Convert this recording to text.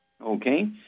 Okay